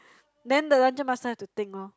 then the dungeon master have to think lor